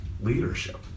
leadership